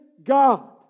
God